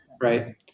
right